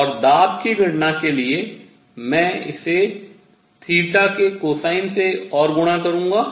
और दाब की गणना के लिए मैं इसे थीटा के कोसाइन से और गुणा करूंगा